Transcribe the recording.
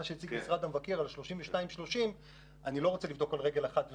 מה שהציג משרד המבקר אני לא רוצה לבדוק את זה עכשיו על רגל אחת.